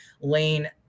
lane